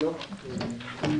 הישיבה ננעלה בשעה 12:15.